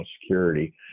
security